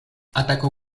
atacó